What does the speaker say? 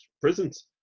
prisons